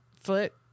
foot